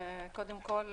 קודם כול,